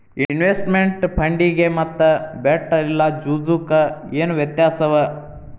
Investment ಫಂಡಿಗೆ ಮತ್ತ bet ಇಲ್ಲಾ ಜೂಜು ಕ ಏನ್ ವ್ಯತ್ಯಾಸವ?